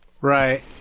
Right